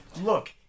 Look